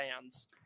fans